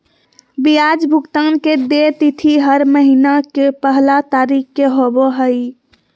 ब्याज भुगतान के देय तिथि हर महीना के पहला तारीख़ के होबो हइ